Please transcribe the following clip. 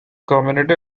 community